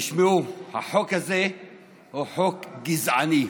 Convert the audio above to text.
תשמעו, החוק הזה הוא חוק גזעני,